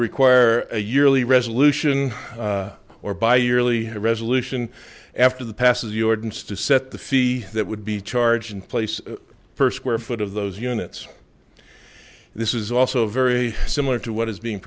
require a yearly resolution or by yearly resolution after the passes your dence to set the fee that would be charged in place per square foot of those units this is also very similar to what is being